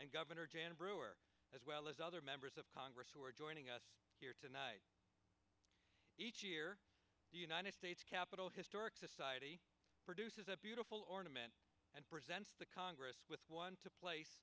and governor jan brewer as well as other members of congress who are joining us here tonight each year the united states capitol historic society produces a beautiful ornament and presents the congress with one to place